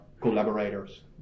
collaborators